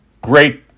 great